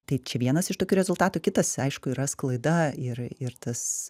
tai čia vienas iš tokių rezultatų kitas aišku yra sklaida ir ir tas